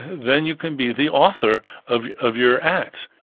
then you can be the author of of your acts.